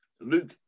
Luke